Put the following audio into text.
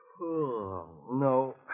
No